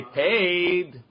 paid